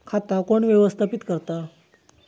खाता कोण व्यवस्थापित करता?